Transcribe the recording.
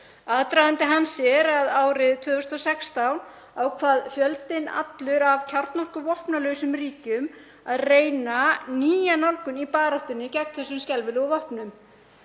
Aðdragandi hans er að árið 2016 ákvað fjöldinn allur af kjarnorkuvopnalausum ríkjum að reyna nýja nálgun í baráttunni gegn þessum skelfilegu vopnum.